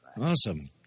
Awesome